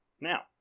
Now